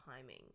timing